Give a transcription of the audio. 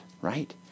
right